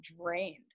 drained